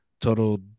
total